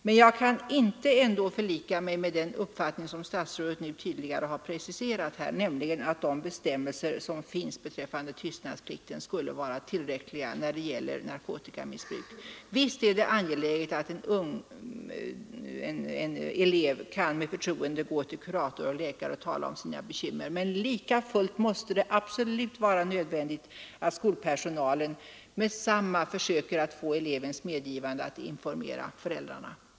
Men jag kan ändå inte förlika mig med den uppfattning som statsrådet nu tydligare har preciserat, nämligen att de bestämmelser som finns beträffande tystnadsplikt skulle vara tillräckliga när det gäller narkotikamissbruk. Visst är det angeläget att en elev med förtroende kan gå till kurator och läkare och tala om sina bekymmer, men likafullt måste det vara nödvändigt att skolpersonalen omedelbart försöker få elevens medgivande att informera föräldrarna.